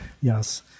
Yes